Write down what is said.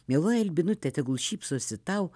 mieloji albinute tegul šypsosi tau